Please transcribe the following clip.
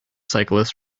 cyclists